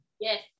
yes